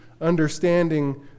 understanding